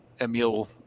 Emil